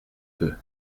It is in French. peu